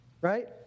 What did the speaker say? right